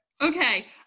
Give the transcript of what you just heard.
Okay